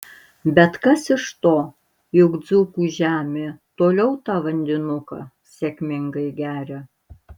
bet kas iš to juk dzūkų žemė toliau tą vandenuką sėkmingai geria